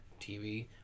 TV